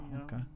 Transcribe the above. okay